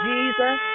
Jesus